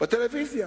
בטלוויזיה.